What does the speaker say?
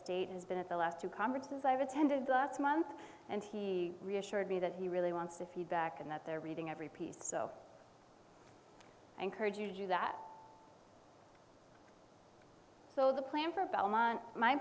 state has been at the last two congresses i've attended last month and he reassured me that he really wants the feedback and that they're reading every piece so encouraging to do that so the plan for belmont my